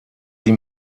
sie